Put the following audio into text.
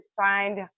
find